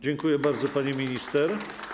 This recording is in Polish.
Dziękuję bardzo, pani minister.